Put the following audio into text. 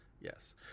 yes